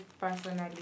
personally